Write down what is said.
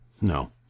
No